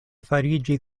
fariĝi